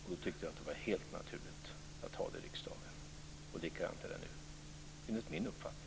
Jag tyckte det var helt naturligt att anta det i riksdagen. Likadant är det nu, enligt min uppfattning.